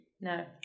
no